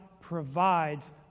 provides